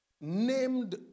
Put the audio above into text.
named